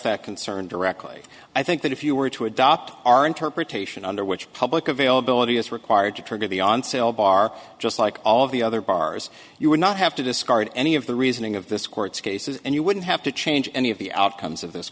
that concern directly i think that if you were to adopt our interpretation under which book availability is required to trigger the on sale bar just like all the other bars you would not have to discard any of the reasoning of this court's cases and you wouldn't have to change any of the outcomes of this